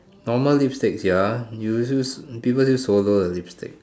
normal lipsticks ya you use people just swallow the lipstick